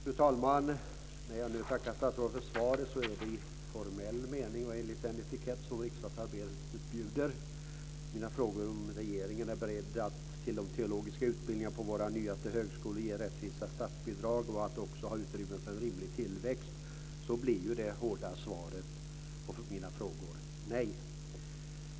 Fru talman! När jag nu tackar statsrådet för svaret är det i formell mening och enligt den etikett som riksdagsarbetet bjuder. På mina frågor om regeringen är beredd att till de teologiska utbildningarna på våra nyaste högskolor ge rättvisa statsbidrag och se till att de också har utrymme för en rimlig tillväxt blir det hårda svaret nej.